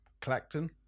Clacton